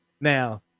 now